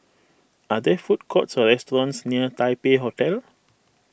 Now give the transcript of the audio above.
are there food courts or restaurants near Taipei Hotel